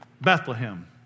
Bethlehem